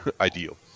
ideal